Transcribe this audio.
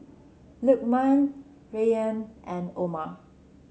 Lukman Rayyan and Omar